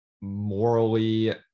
morally